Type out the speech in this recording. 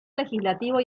legislativo